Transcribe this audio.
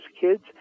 kids